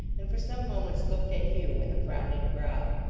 and for some moments looked at hugh with a frowning brow,